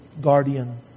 guardian